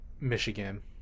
Michigan